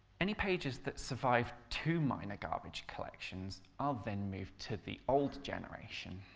any pages that survive two minor garbage collections are then moved to the old generation.